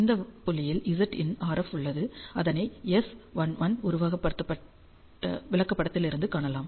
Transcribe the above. இந்த புள்ளியில் Zin RF உள்ளது அதனை எஸ் 11 உருவகப்படுத்தப்பட்ட விளக்கப்படத்திலிருந்து காணலாம்